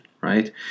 right